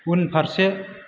उनफारसे